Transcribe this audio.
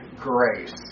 Grace